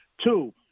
Two